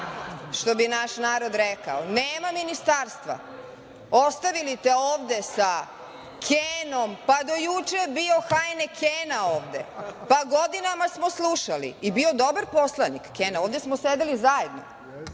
što bi naš narod rekao. Nema ministarstva, ostavili te ovde sa Kenom, pa do juče je bio Hajne Kena ovde, pa godinama smo slušali i bio dobar poslanik Kena, ovde smo sedeli zajedno.